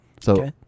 so-